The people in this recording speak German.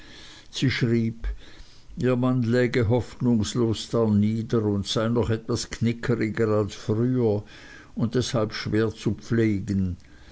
sie schrieb ihr mann läge hoffnungslos danieder und sei noch etwas knickeriger als früher und deshalb schwer zu pflegen